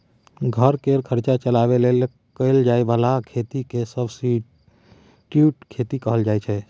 घर केर खर्चा चलाबे लेल कएल जाए बला खेती केँ सब्सटीट्युट खेती कहल जाइ छै